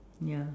ya